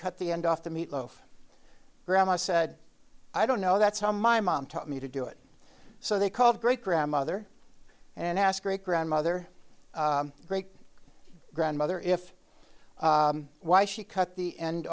cut the end off the meat loaf grandma said i don't know that's how my mom taught me to do it so they called great grandmother and ask great grandmother great grandmother if why she cut the end